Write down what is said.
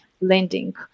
lending